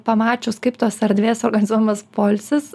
pamačius kaip tos erdvėse organizuojamas poilsis